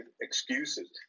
excuses